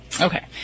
okay